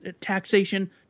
taxation